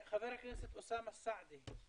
חבר הכנסת אוסאמה סעדי.